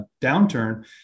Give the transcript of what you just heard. downturn